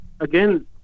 again